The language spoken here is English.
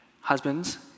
Husbands